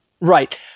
Right